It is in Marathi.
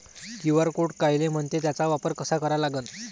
क्यू.आर कोड कायले म्हनते, त्याचा वापर कसा करा लागन?